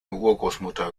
urgroßmutter